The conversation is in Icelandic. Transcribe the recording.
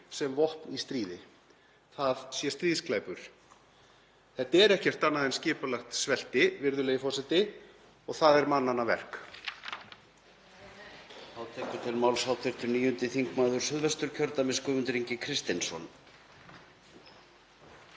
sem vopn í stríði. Það sé stríðsglæpur. Þetta er ekkert annað en skipulagt svelti, virðulegi forseti, og það er mannanna verk.